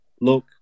look